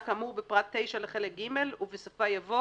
כאמור בפרט 9 לחלק ג'" ובסופה יבוא